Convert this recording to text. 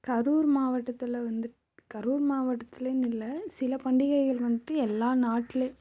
கரூர் மாவட்டத்தில் வந்துட்டு கரூர் மாவட்டத்துலேன்னு இல்லை சில பண்டிகைகள் வந்துட்டு எல்லா நாட்டில்